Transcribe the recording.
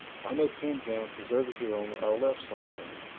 i know penzance is over here on our left somewhere.